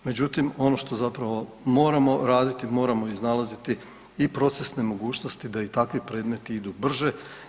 Međutim, ono što zapravo moramo raditi, moramo iznalaziti i procesne mogućnosti da i takvi predmeti idu brže.